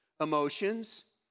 emotions